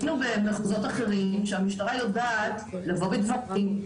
במחוזות אחרים שהמשטרה יודעת לבוא בדברים,